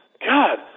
God